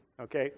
okay